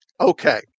okay